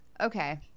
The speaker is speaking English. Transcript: Okay